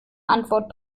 antwort